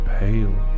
pale